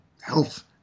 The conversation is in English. health